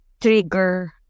trigger